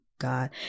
God